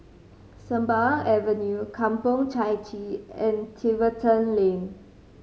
Sembawang Avenue Kampong Chai Chee and Tiverton Lane